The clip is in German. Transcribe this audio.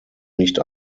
nicht